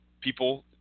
people